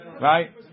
right